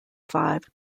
five